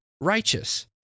righteous